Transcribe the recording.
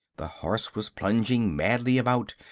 the horse was plunging madly about,